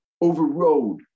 overrode